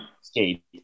skate